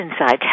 inside